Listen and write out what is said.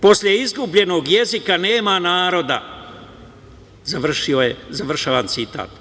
Posle izgubljenog jezika nema naroda.“ Završavam citat.